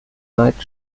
night